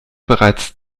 bereits